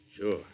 Sure